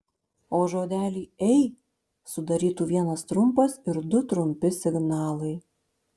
o žodelį ei sudarytų vienas trumpas ir du trumpi signalai